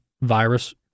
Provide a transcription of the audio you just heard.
virus